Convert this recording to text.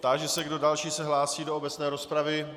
Táži se, kdo další se hlásí do obecné rozpravy.